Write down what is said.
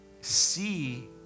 see